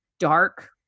dark